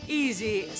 easy